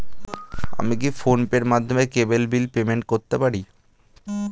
আমি কি ফোন পের মাধ্যমে কেবল বিল পেমেন্ট করতে পারি?